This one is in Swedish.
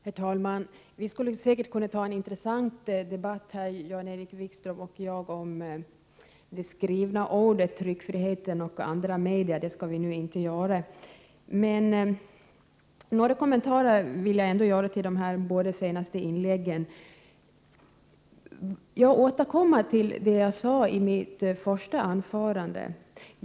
Herr talman! Vi skulle säkert kunna föra en intressant debatt om det skrivna ordet, tryckfriheten och media i övrigt här, Jan-Erik Wikström och jag. Det skall vi nu inte göra. Några kommentarer till de båda senaste inläggen vill jag ändå göra. Jag återkommer till det jag sade i mitt första anförande.